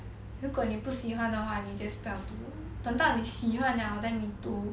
如果你不喜欢的话你 just 不要读 lor 等到你喜欢 liao then 你读